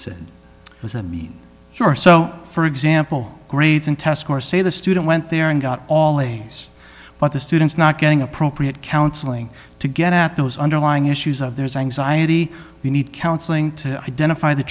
said was a main source so for example grades and test scores say the student went there and got all a's but the students not getting appropriate counseling to get at those underlying issues of there's anxiety we need counseling to identify th